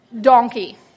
donkey